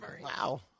Wow